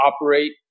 operate